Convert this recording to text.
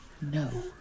No